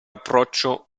approccio